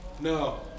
no